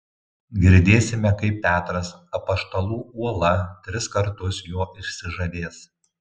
girdėsime kaip petras apaštalų uola tris kartus jo išsižadės